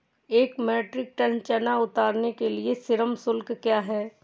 एक metric tonne चना उतारने के लिए श्रम शुल्क क्या है?